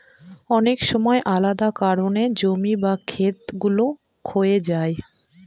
অনেক সময় আলাদা কারনে জমি বা খেত গুলো ক্ষয়ে যায়